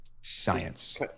science